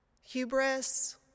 Hubris